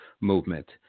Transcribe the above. movement